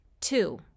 Two